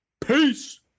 Peace